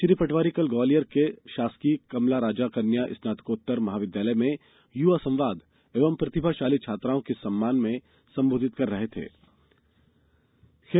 श्री पटवारी कल ग्वालियर के शासकीय कमलाराजा कन्या स्नातकोत्तर महाविद्यालय में युवा संवाद एवं प्रतिभाशाली छात्राओं के सम्मान समारोह को संबोधित कर रहे थे